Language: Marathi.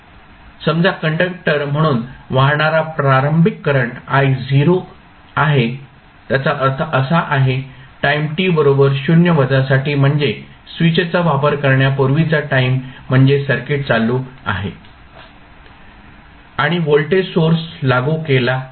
समजा कंडक्टर मधून वाहणारा प्रारंभिक करंट I0 आहे त्याचा अर्थ असा आहे टाईम t बरोबर 0 वजा साठी म्हणजे स्विचचा वापर करण्यापूर्वीचा टाईम म्हणजे सर्किट चालू आहे आणि व्होल्टेज सोर्स लागू केला आहे